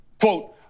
quote